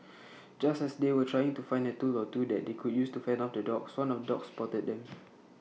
just as they were trying to find A tool or two that they could use to fend off the dogs one of the dogs spotted them